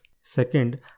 second